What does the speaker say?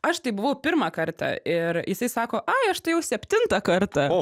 aš tai buvau pirmą kartą ir jisai sako ai aš tai jau septintą kartą